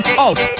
out